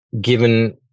given